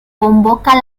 convoca